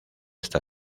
esta